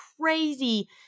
crazy